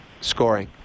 scoring